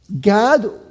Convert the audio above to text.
God